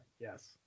Yes